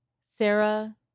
Sarah